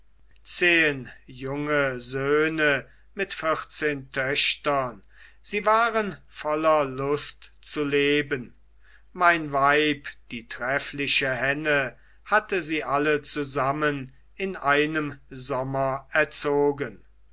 zehen junge söhne mit vierzehn töchtern sie waren voller lust zu leben mein weib die treffliche henne hatte sie alle zusammen in einem sommer erzogen